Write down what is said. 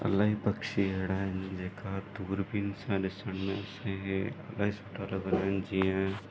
इलाही पक्षी अहिड़ा आहिनि जंहिंखां दूरबीनी सां ॾिसण में असांखे इलाही सुठा लॻंदा आहिनि जीअं